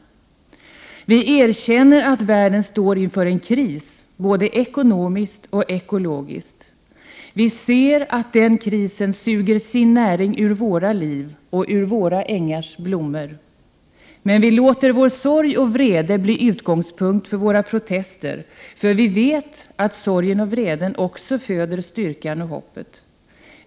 Vi erkänner att världen står inför en kris, både ekonomiskt och ekologiskt. Vi ser att den krisen suger sin näring ur våra liv och ur våra ängars blommor. Men vi låter vår sorg och vrede bli utgångspunkt för våra protester, för vi vet att sorgen och vreden också föder styrkan och hoppet.